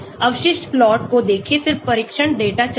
अवशिष्ट प्लॉट को देखें फिर परीक्षण डेटा चलाएँ